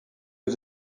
aux